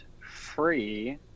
free